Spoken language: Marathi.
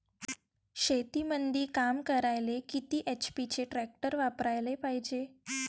शेतीमंदी काम करायले किती एच.पी चे ट्रॅक्टर वापरायले पायजे?